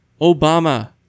Obama